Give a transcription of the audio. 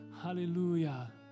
Hallelujah